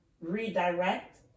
redirect